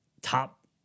top